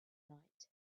night